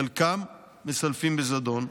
חלקם מסלפים בזדון,